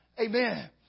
Amen